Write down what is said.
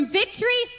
victory